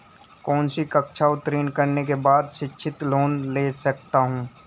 कौनसी कक्षा उत्तीर्ण करने के बाद शिक्षित लोंन ले सकता हूं?